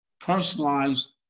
personalized